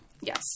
Yes